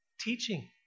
teaching